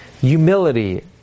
Humility